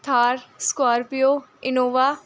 Thar scorpio Innova